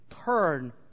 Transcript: turn